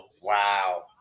Wow